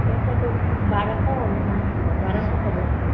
পইচাটো বাৰশ অ মান হ'ব বাৰশ হ'ব